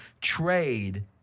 trade